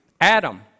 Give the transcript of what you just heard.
Adam